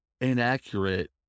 inaccurate